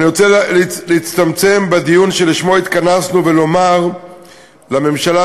אני רוצה להצטמצם לדיון שלשמו התכנסנו ולומר לממשלה,